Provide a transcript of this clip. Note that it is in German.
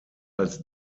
als